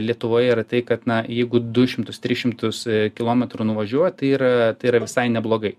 lietuvoje yra tai kad na jeigu du šimtus tris šimtus kilometrų nuvažiuoji tai yra tai yra visai neblogai